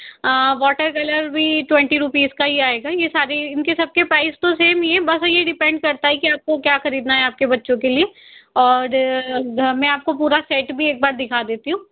water colour भी twenty rupees का ही आएगा ये सारे इन के सब के प्राइज़ तो सेम ही है बस ये डिपेंड करता है कि आपको क्या खरीदना है आपके बच्चों के लिए और मैं आपको पूरा सेट भी एक बार दिखा देती हूँ